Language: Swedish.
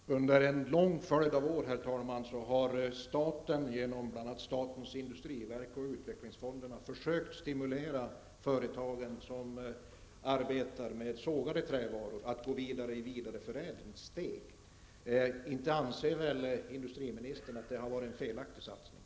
Herr talman! Under en lång följd av år har staten bl.a. genom statens industriverk och utvecklingsfonderna försökt stimulera företagen som arbetar med sågade trävaror att fortsätta med vidareförädling. Inte anser väl industriministern att det har varit en felaktig satsning?